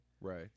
Right